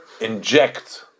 inject